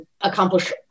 accomplish